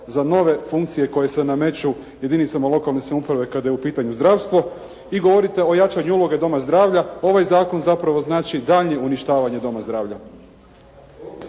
za nove funkcije koje se nameću jedinicama lokalne samouprave kada je u pitanju zdravstvo. I govorite o jačanju uloge doma zdravlja. Ovaj zakon zapravo znači daljnje uništavanje doma zdravlja.